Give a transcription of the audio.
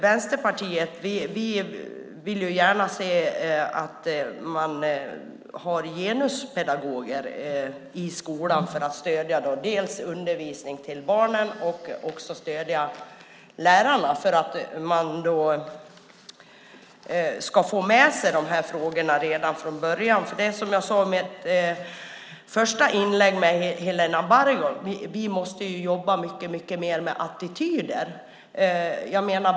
Vänsterpartiet vill gärna se att det finns genuspedagoger i skolan för att stödja undervisningen till barnen och för att stödja lärarna. Man ska få med sig de här frågorna redan från början. Som jag sade i min första replik till Helena Bargholtz måste vi jobba mycket mer med attityder.